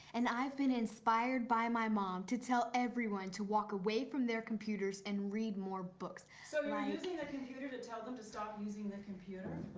and i've been inspired by my mom to tell everyone to walk away from their computers and read more books. so you're using the computer to tell them to stop using the computer?